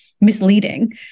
misleading